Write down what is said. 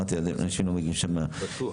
אנשים לא מגיעים לשם מבחירה,